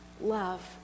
love